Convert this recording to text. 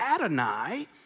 Adonai